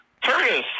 Turdus